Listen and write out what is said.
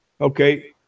okay